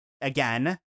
again